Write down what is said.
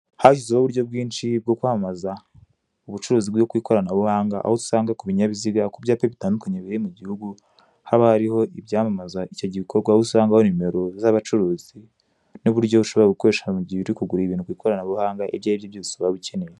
Hashyizweho uburyo bwinshi bwo kwamamaza, ubucuruzi bwo ku ikoranabuhanga, aho usanga ku binyabiziga ku byapa bitandukanye biba biri mu gihugu haba hariho ibyamamaza icyo gikorwa aho usangahariho nimero z'umucuruzi n'uburyo ushobora gukoresha igihe uri kugura ibintu ku ikoranabuhanga ibyo ari byo byose waba ukeneye.